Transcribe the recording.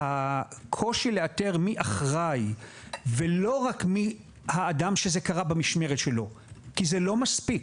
הקושי לאתר מי אחראי ולא רק מי האדם שזה קרה במשמרת שלו כי זה לא מספיק.